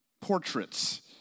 portraits